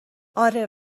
آره